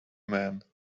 man